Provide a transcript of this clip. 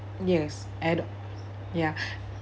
yes add ya